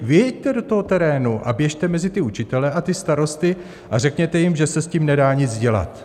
Vyjeďte do terénu a běžte mezi ty učitele a ty starosty a řekněte jim, že se s tím nedá nic dělat!